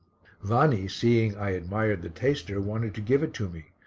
vanni, seeing i admired the taster, wanted to give it to me,